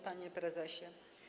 Panie Prezesie!